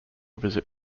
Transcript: visit